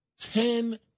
Ten